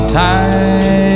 time